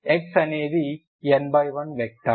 X అనేది n x 1 vector